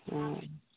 हँ